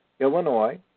Illinois